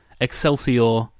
excelsior